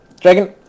Dragon